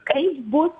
kaip bus